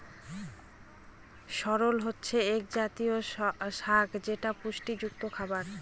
সরেল হচ্ছে এক জাতীয় শাক যেটা পুষ্টিযুক্ত খাবার